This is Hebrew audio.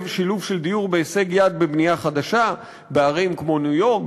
שילוב של דיור בהישג יד בבנייה חדשה בערים כמו ניו-יורק,